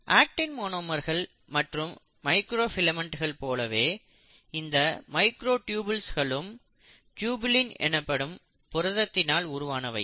அக்டின் மோனோமர்கள் மற்றும் மைக்ரோ ஃபிலமெண்ட்கள் போலவே இந்த மைக்ரோடியுபுல்ஸ்களும் டியுபுலின் எனப்படும் புரதத்தினால் உருவானவை